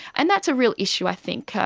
and that's a real issue i think,